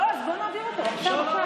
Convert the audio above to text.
בועז, בוא נעביר אותו עכשיו.